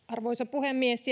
arvoisa puhemies